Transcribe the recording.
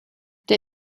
der